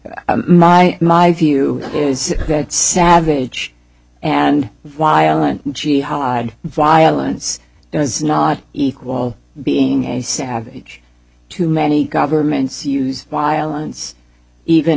y my my view is that savage and violent jihad violence does not equal being a savage to many governments use violence even